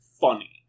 funny